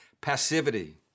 passivity